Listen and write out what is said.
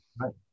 right